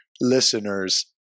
listeners